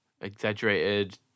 exaggerated